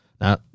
Now